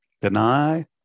deny